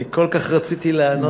אני כל כך רציתי לענות לך,